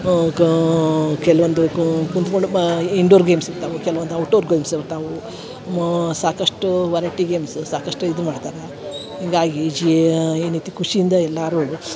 ಗಾ ಕೆಲವೊಂದು ಕೂತ್ಕೊಂಡು ಮಾ ಇನ್ಡೋರ್ ಗೇಮ್ಸ್ ಇರ್ತವು ಕೆಲವೊಂದು ಔಟ್ ಡೋರ್ ಗೇಮ್ಸ್ ಇರ್ತವು ಮಾ ಸಾಕಷ್ಟು ವೈರೈಟಿ ಗೇಮ್ಸ್ ಸಾಕಷ್ಟು ಇದ್ ಮಾಡ್ತರ ಇಂಗಾಗಿ ಜೀ ಏನೈತಿ ಕುಷಿಯಿಂದ ಎಲ್ಲಾರು